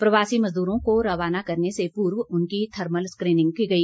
प्रवासी मजदूरों को रवाना करने से पूर्व उनकी थर्मल स्क्रीनिंग की गई